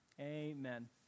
Amen